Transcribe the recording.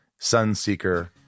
SunSeeker